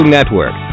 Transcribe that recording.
Network